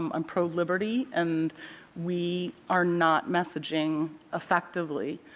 um pro-liberty. and we are not messaging effectively,